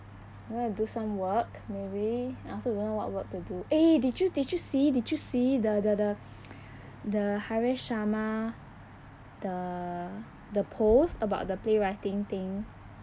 I'm gonna do some work maybe I also don't know what work to do eh did you did you see did you see the the the the haresh sharma the the post about the play writing thing